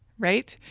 right?